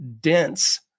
dense